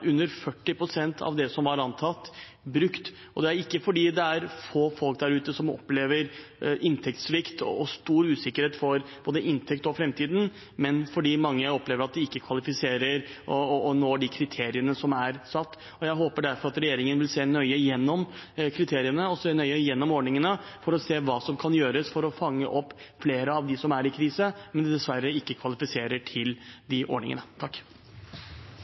få folk der ute som opplever inntektssvikt og stor usikkerhet for både inntekt og framtid, men fordi mange opplever at de ikke kvalifiserer og ikke når de kriteriene som er satt. Jeg håper derfor at regjeringen vil se nøye gjennom kriteriene og se nøye gjennom ordningene for å se hva som kan gjøres for å fange opp flere av dem som er i krise, men som dessverre ikke kvalifiserer til ordningene.